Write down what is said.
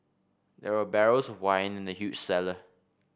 there were barrels of wine in the huge cellar